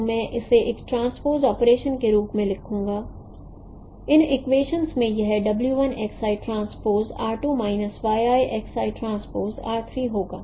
तो मैं इसे एक ट्रांसपोज़ ऑपरेशंस के रूप में लूंगा उन इक्वेशन मैं यह w 1 X i transpose r 2 minus y i X i transpose r 3 होगा